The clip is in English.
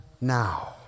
now